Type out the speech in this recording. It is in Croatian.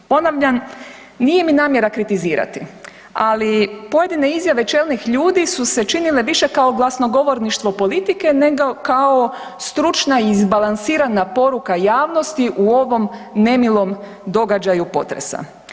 Ponavljam nije mi namjera kritizirati, ali pojedine izjave čelnih ljudi su se činile više kao glasnogovorništvo politike nego kao stručna i izbalansirana poruka javnosti u ovom nemilom događaju potresa.